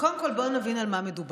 קודם כול, בואו נבין על מה מדובר.